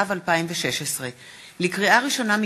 התשע"ו 2016. לקריאה ראשונה,